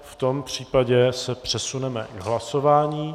V tom případě se přesuneme k hlasování.